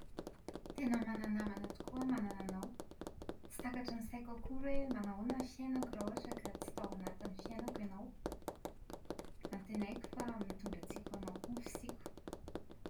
Tena mana-namana tokoa aho manana anao. Tsy takatry ny saiko akory hoe manahoana ny fiainako raha ohatra ka tsy tao anatin'ny fiainako ianao. Antenaiko fa mitondra tsiky ho anao koa ny fisiako.